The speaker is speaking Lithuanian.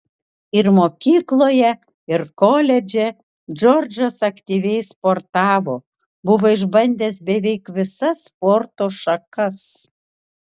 ir mokykloje ir koledže džordžas aktyviai sportavo buvo išbandęs beveik visas sporto šakas